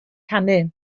canu